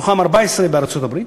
מתוכם 14 בארצות-הברית,